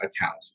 account